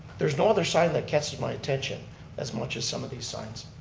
there's no other sign that catches my attention as much as some of these signs.